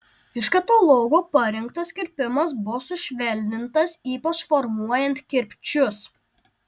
iš katalogo parinktas kirpimas buvo sušvelnintas ypač formuojant kirpčius